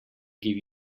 give